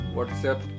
WhatsApp